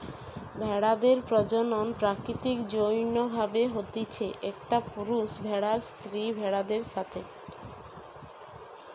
ভেড়াদের প্রজনন প্রাকৃতিক যৌন্য ভাবে হতিছে, একটা পুরুষ ভেড়ার স্ত্রী ভেড়াদের সাথে